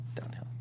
downhill